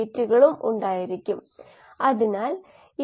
സംഗ്രഹം വളരെ ചുരുക്കമായി വായിക്കുക വിവിധ ഇ